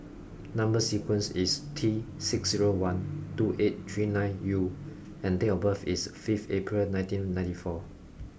number sequence is T six zero one two eight three nine U and date of birth is five April nineteen ninety four